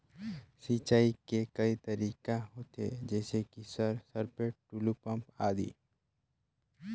सिंचाई के कई तरीका होथे? जैसे कि सर सरपैट, टुलु पंप, आदि?